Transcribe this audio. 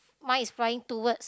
mine is flying toward